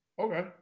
Okay